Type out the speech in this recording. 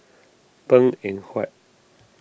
Png Eng Huat